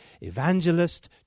evangelist